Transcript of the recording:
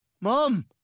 mom